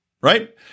right